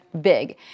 big